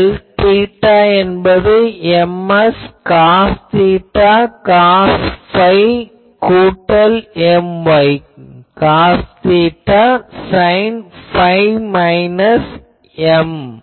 Lθ என்பது Mx cos theta cos phi கூட்டல் My cos theta sine phi minus Mz